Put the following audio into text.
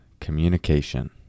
communication